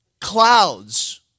Clouds